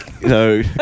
No